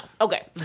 Okay